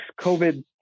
covid